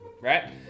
right